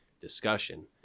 discussion